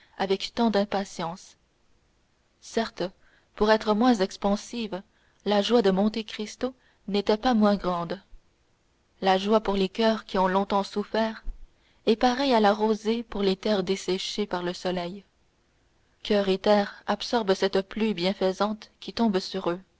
avec tant d'impatience certes pour être moins expansive la joie de monte cristo n'était pas moins grande la joie pour les coeurs qui ont longtemps souffert est pareille à la rosée pour les terres desséchées par le soleil coeur et terre absorbent cette pluie bienfaisante qui tombe sur eux